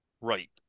Right